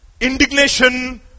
indignation